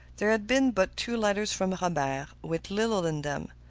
there had been but two letters from robert, with little in them,